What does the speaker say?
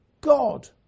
God